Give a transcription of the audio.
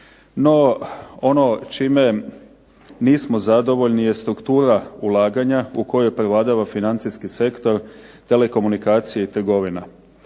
No, ono čime nismo zadovoljni je struktura ulaganja u kojoj prevladava financijski sektor, telekomunikacije i trgovina.